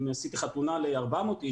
אם תכננתי חתונה ל-400 איש,